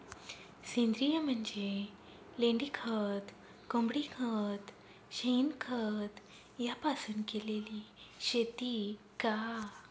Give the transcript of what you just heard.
सेंद्रिय म्हणजे लेंडीखत, कोंबडीखत, शेणखत यापासून केलेली शेती का?